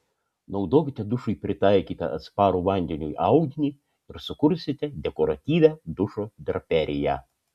naudokite dušui pritaikytą atsparų vandeniui audinį ir sukursite dekoratyvią dušo draperiją